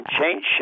change